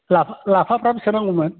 लाफाफोरा बेसेबां नांगौमोन